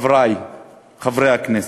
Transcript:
חברי חברי הכנסת,